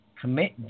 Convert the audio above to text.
commit